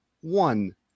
one